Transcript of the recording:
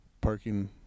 parking